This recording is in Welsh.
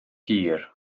hir